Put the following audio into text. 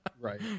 Right